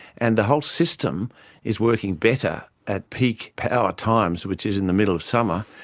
and the whole system is working better at peak power times, which is in the middle of summer,